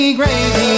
gravy